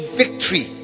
victory